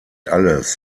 alles